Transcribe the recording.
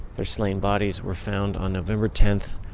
their slain bodies were found on november ten,